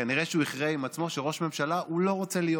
כנראה שהוא הכריע עם עצמו שראש ממשלה הוא לא רוצה להיות